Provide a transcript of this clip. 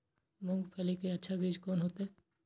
मूंगफली के अच्छा बीज कोन होते?